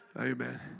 Amen